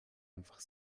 einfach